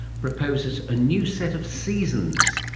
proposes a new set of seasons,